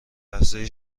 لحظه